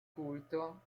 culto